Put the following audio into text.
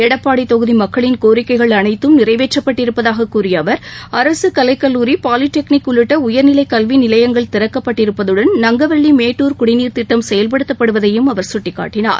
எடப்பாடி தொகுதி மக்களின் கோரிக்கைகள் அனைத்தும் நிறைவேற்றப்பட்டிருப்பதாகக் கூறிய அவர் அரக கலைக்கல்லூரி பாலி டெக்னிக் உள்ளிட்ட உயர்நிலைக் கல்வி நிலையங்கள் திறக்கப்பட்டிருப்பதுடன் நங்கவள்ளி மேட்டூர் குடிநீர்த் திட்டம் செயல்படுத்தப்படுவதையும் அவர் குட்டிக்காட்டினார்